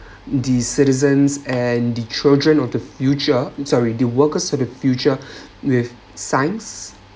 the citizens and the children of the future sorry the workers of the future with science